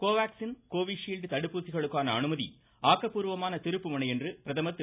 Covaxin Covishield தடுப்பூசிகளுக்கான அனுமதி ஆக்கப்பூர்வமான திருப்புமுனை என்று பிரதமர் திரு